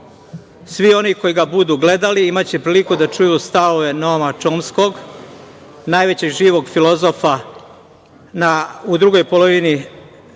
svi oni koji ga budu gledali, imaće priliku da čuju stavove Noama Čomskog, najvećeg živog filozofa u drugoj polovini prošlog